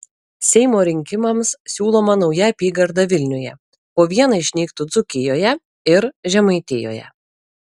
seimo rinkimams siūloma nauja apygarda vilniuje po vieną išnyktų dzūkijoje ir žemaitijoje